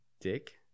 Dick